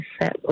set